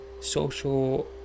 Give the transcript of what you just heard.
social